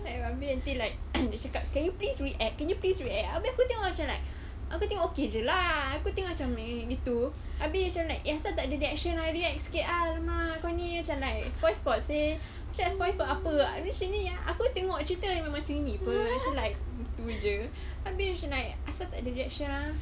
and then until like dia cakap can you please react can you please react I'm like aku tengok macam like aku tengok okay jer lah aku tengok macam begitu habis dia macam like eh aisyah takde reaction ah react sikit ah !alamak! kau ni I'm like what I'm supposed to say just cakap apa-apa recently ah aku tengok apa-apa cerita memang macam gini pun macam tu jer dia macam like aisyah takde reaction ah